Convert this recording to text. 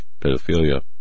pedophilia